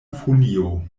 folio